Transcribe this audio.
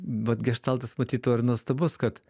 vat geštaltas matyt tuo ir nuostabus kad